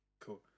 Cool